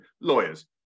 lawyers